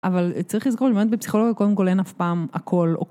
אבל צריך לזכור, באמת בפסיכולוגיה קודם כל אין אף פעם הכל או...